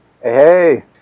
Hey